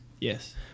Yes